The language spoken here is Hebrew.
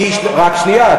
רק שנייה.